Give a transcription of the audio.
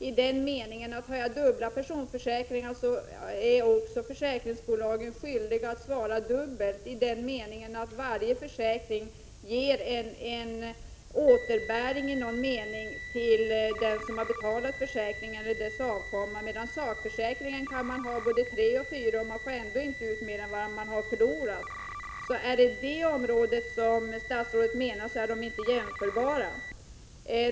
Om man har dubbla personförsäkringar är försäkringsbolagen skyldiga att svara upp dubbelt i den meningen att varje försäkring ger återbäring eller utbetalning, medan man kan ha sakförsäkringar både treoch fyrdubbelt utan att få ut mer än vad man har förlorat. Om det är detta område som statsrådet avser är försäkringarna inte jämförbara.